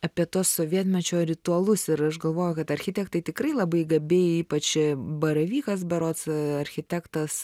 apie tuos sovietmečio ritualus ir aš galvoju kad architektai tikrai labai gabiai ypač baravykas berods architektas